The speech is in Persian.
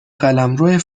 قلمرو